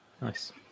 Nice